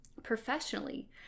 professionally